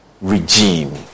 regime